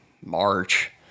March